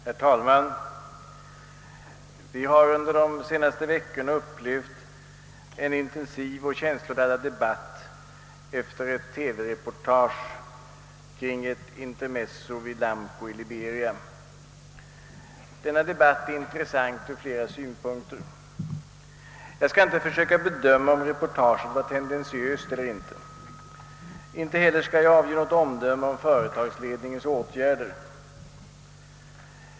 Herr talman! Vi har under de senaste veckorna upplevt en intensiv och känsloladdad debatt efter ett TV-reportage kring ett intermezzo vid Lamco i Liberia. Denna debatt är intressant ur flera synpunkter. Jag skall inte försöka bedöma, om reportaget var tendentiöst eller icke. Inte heller skall jag avge något omdöme om företagsledningens åtgärder.